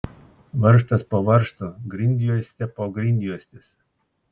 varžtas po varžto grindjuostė po grindjuostės